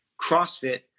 CrossFit